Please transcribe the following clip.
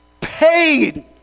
paid